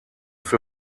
für